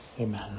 Amen